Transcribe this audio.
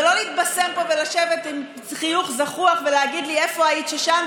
ולא להתבשם פה ולשבת עם חיוך זחוח ולהגיד לי: איפה היית שם,